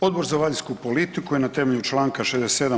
Odbor za vanjsku politiku je na temelju čl. 67.